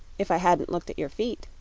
if i hadn't looked at your feet.